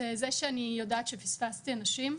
אלא זה שאני יודעת שפספסתי אנשים.